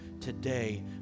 today